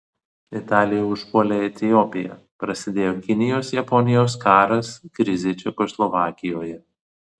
italija užpuolė etiopiją prasidėjo kinijos japonijos karas krizė čekoslovakijoje